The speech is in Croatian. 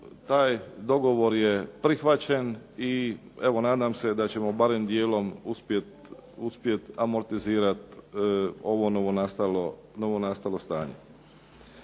Taj dogovor je prihvaćen i evo nadam se da ćemo barem dijelom uspjeti amortizirati ovo novonastalo stanje.